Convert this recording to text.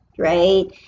Right